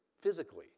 physically